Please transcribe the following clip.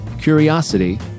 curiosity